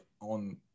on